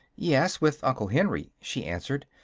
yes with uncle henry, she answered.